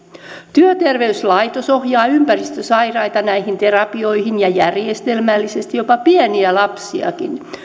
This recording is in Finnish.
työterveyslaitos ohjaa ympäristösairaita näihin terapioihin ja järjestelmällisesti jopa pieniä lapsia